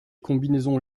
combinaisons